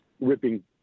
ripping